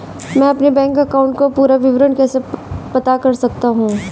मैं अपने bank account का पूरा विवरण कैसे पता कर सकता हूँ?